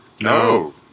No